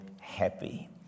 happy